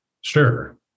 Sure